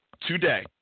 today